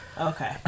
Okay